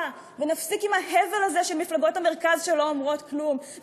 ונפסיק עם ההבל הזה של מפלגות המרכז שלא אומרות כלום,